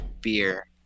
beer